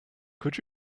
could